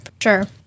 sure